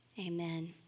Amen